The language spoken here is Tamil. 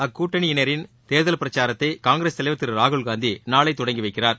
அக்கூட்டணியினரின் தேர்தல் பிரச்சாரத்தை காங்கிரஸ் தலைவர் திரு ராகுல்காந்தி நாளை தொடங்கி வைக்கிறார்